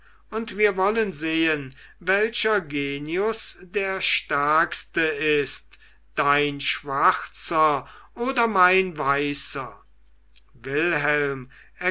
und wir wollen sehen welcher genius der stärkste ist dein schwarzer oder mein weißer wilhelm